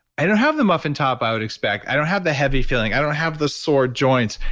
i don't have the muffin top i would expect. i don't have the heavy feeling. i don't have the sore joints.